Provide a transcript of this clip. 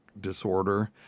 disorder